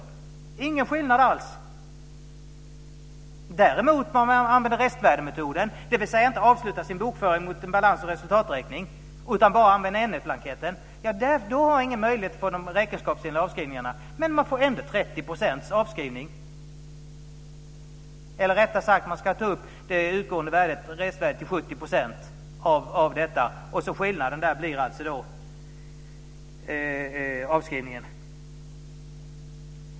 Det är ingen skillnad alls! Om man däremot använder restvärdemetoden, dvs. inte avslutar sin bokföring mot en balans och resultaträkning utan bara använder N1-blanketten, så har man ingen möjlighet att få de räkenskapsenliga avskrivningarna. Men man får ändå 30 procents avskrivning. Eller rättare sagt: Man ska ta upp det utgående restvärdet till 70 %, och skillnaden blir alltså avskrivningen.